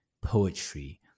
poetry